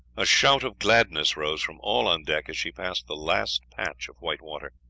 a shout of gladness rose from all on deck as she passed the last patch of white water.